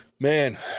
Man